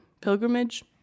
pilgrimage